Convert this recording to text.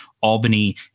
Albany